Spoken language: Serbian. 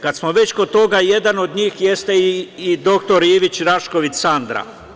Kada smo već kod toga, jedan od njih jeste i dr Ivić Rašković Sanda.